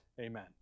Amen